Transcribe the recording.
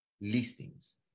listings